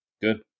good